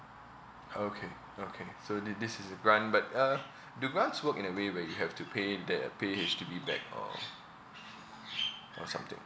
okay okay so thi~ this is the grant but uh do grants work in a way where you have to pay that uh pay H_D_B back or or something